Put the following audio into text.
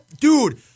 Dude